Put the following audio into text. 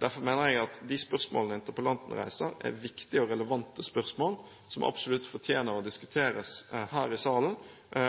Derfor mener jeg at de spørsmålene interpellanten reiser, er viktige og relevante spørsmål som absolutt fortjener å diskuteres her i salen,